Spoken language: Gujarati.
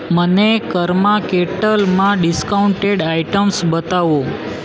મને કર્મા કેટલમાં ડિસ્કાઉન્ટેડ આઈટમ્સ બતાવો